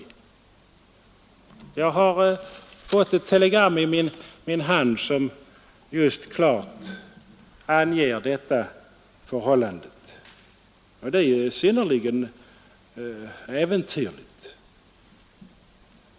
Jag har just fått ett telegram i min hand som klart anger detta förhållande, och det är synnerligen äventyrligt.